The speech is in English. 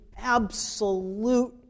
absolute